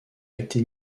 été